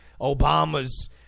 Obama's